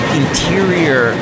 interior